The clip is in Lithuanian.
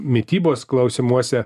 mitybos klausimuose